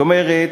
זאת אומרת,